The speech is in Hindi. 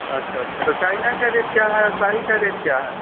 अच्छा अच्छा तो चाइना का रेट क्या है और शाही का रेट क्या है